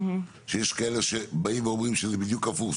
שיש כאלה שאומרים שזה בדיוק הפוך,